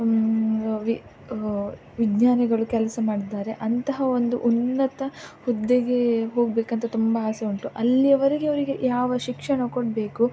V ವಿಜ್ಞಾನಿಗಳು ಕೆಲಸ ಮಾಡಿದ್ದಾರೆ ಅಂತಹ ಒಂದು ಉನ್ನತ ಹುದ್ದೆಗೆ ಹೋಗಬೇಕಂತ ತುಂಬ ಆಸೆ ಉಂಟು ಅಲ್ಲಿಯವರೆಗೆ ಅವರಿಗೆ ಯಾವ ಶಿಕ್ಷಣ ಕೊಡಬೇಕು